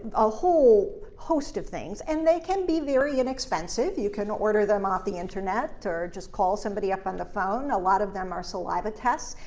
a whole host of things. and they can be very inexpensive. you can order then off the internet or just call somebody up on the phone a lot of them are saliva tests.